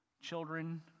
Children